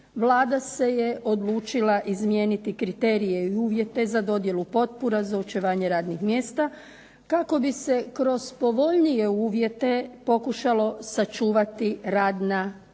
Vlada se je odlučila izmijeniti kriterije i uvjete za dodjelu potpora za očuvanje radnih mjesta kako bi se kroz povoljnije uvjete pokušalo sačuvati radna mjesta